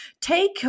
take